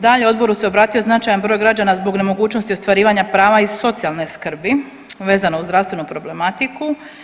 Dalje, odboru se obratio značajan broj građana zbog nemogućnosti ostvarivanja prava iz socijalne skrbi vezano uz zdravstvenu problematiku.